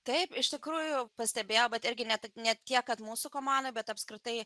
taip iš tikrųjų pastebėjau bet irgi ne tik ne tiek kad mūsų komanda bet apskritai